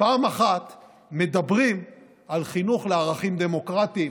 פעם אחת מדברים על חינוך לערכים דמוקרטיים,